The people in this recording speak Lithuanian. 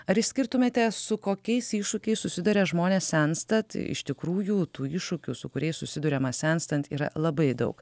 ar išskirtumėte su kokiais iššūkiais susiduria žmonės senstat iš tikrųjų tų iššūkių su kuriais susiduriama senstant yra labai daug